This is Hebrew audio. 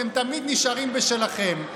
אתם תמיד נשארים בשלכם.